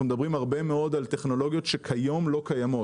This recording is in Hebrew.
אנחנו מדברים הרבה מאוד על טכנולוגיות שכיום לא קיימות.